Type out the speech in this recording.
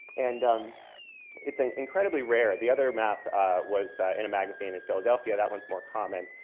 and um it's an incredibly rare the other map was in a magazine in philadelphia. that one's more common.